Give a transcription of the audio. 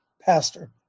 pastor